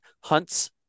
hunts